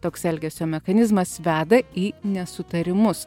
toks elgesio mechanizmas veda į nesutarimus